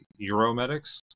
Euromedics